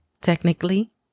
technically